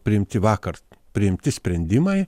priimti vakar priimti sprendimai